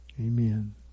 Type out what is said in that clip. Amen